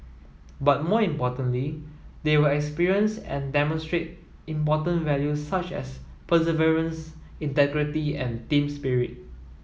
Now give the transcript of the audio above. but more importantly they will experience and demonstrate important value such as perseverance integrity and team spirit